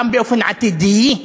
גם באופן עתידי,